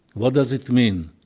what does it mean?